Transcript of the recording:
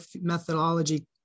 methodology